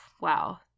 wow